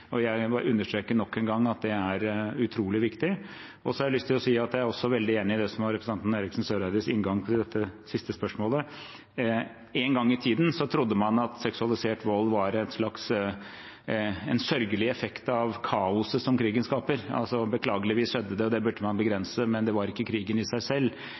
er veldig enig i det som var representanten Eriksen Søreides inngang til dette siste spørsmålet. En gang i tiden trodde man at seksualisert vold var en slags sørgelig effekt av kaoset som krigen skaper, altså: Beklageligvis skjedde det, det burde man begrense, men det var ikke en del av krigen i seg selv.